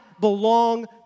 belong